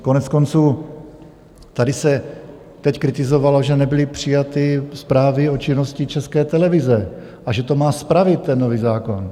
Koneckonců tady se teď kritizovalo, že nebyly přijaty zprávy o činnosti České televize a že to má spravit ten nový zákon.